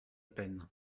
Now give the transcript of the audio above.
peine